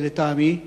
לטעמי,